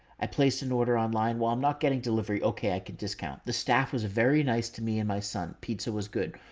i placed an order online while i'm not getting delivery. okay. i could discount. the staff was very nice to me and my son pizza was good.